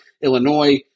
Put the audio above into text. Illinois